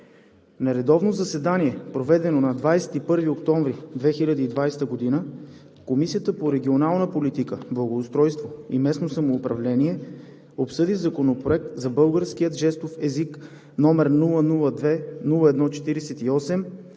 На редовно заседание, проведено на 21 октомври 2020 г., Комисията по регионална политика, благоустройство и местно самоуправление обсъди Законопроект за българския жестов език, № 002-01-48,